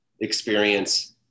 experience